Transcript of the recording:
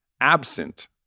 absent